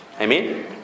Amen